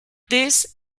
this